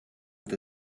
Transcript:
with